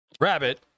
Rabbit